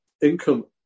income